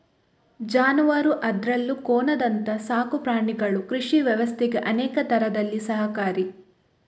ಜಾನುವಾರು ಅದ್ರಲ್ಲೂ ಕೋಣದಂತ ಸಾಕು ಪ್ರಾಣಿಗಳು ಕೃಷಿ ವ್ಯವಸ್ಥೆಗೆ ಅನೇಕ ತರದಲ್ಲಿ ಸಹಕಾರಿ